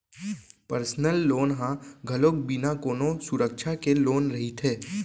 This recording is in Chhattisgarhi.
परसनल लोन ह घलोक बिना कोनो सुरक्छा के लोन रहिथे